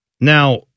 Now